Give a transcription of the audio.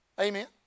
Amen